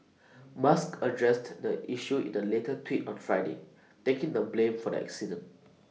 musk addressed the issue in A later tweet on Friday taking the blame for the accident